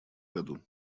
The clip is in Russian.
году